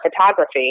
photography